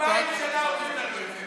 אלפיים שנה אומרים לנו את זה.